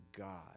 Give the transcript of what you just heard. God